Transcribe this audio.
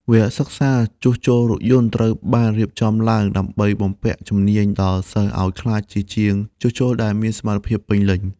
វគ្គសិក្សាជួសជុលរថយន្តត្រូវបានរៀបចំឡើងដើម្បីបំពាក់ជំនាញដល់សិស្សឱ្យក្លាយជាជាងជួសជុលដែលមានសមត្ថភាពពេញលេញ។